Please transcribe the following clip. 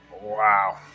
Wow